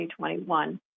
2021